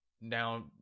now